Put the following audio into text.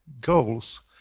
goals